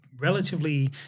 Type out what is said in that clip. relatively